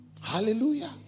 Hallelujah